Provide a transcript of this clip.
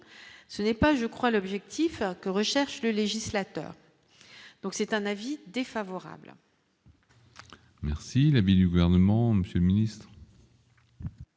ce n'est pas je crois l'objectif que recherche le législateur donc c'est un avis défavorable. Merci la Binu gouvernement Monsieur Ministre.